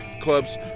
clubs –